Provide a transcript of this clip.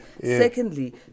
Secondly